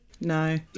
no